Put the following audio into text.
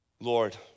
Lord